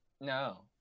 No